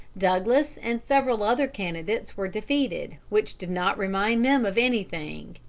douglas and several other candidates were defeated, which did not remind them of anything.